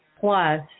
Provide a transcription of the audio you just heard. plus